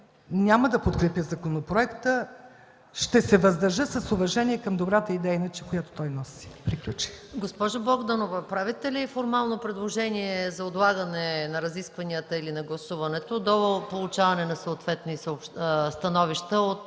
няма да подкрепя законопроекта. Ще се въздържа с уважение към иначе добрата идея, която той носи. Приключих. ПРЕДСЕДАТЕЛ МАЯ МАНОЛОВА: Госпожо Богданова, правите ли формално предложение за отлагане на разискванията или на гласуването до получаване на съответни становища?